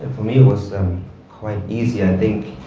for me, it was quite easy i think.